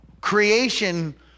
creation